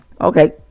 okay